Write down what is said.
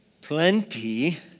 plenty